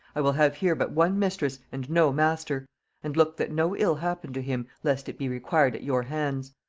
i will have here but one mistress, and no master and look that no ill happen to him, lest it be required at your hands